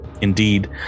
Indeed